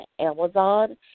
Amazon